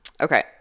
Okay